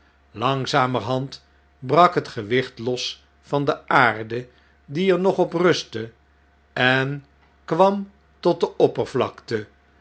langzamerhand rak het gewicht los van de aarde die er nog op rustte en kwam tot de oppervlakte